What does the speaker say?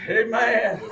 amen